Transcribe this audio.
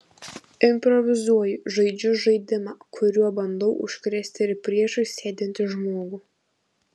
improvizuoju žaidžiu žaidimą kuriuo bandau užkrėsti ir priešais sėdintį žmogų